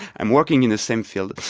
i'm working in the same field,